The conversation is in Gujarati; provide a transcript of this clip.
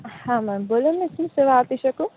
હા મેમ બોલોને શું સેવા આપી શકું